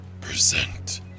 Present